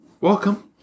Welcome